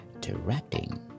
Directing